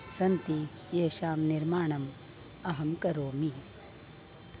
सन्ति येषां निर्माणम् अहं करोमि